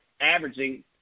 averaging